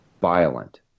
violent